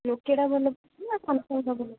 ନୋକିଆଟା ଭଲ ନା ସାମସଙ୍ଗ୍ଟା ଭଲ